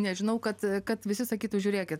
nežinau kad kad visi sakytų žiūrėkit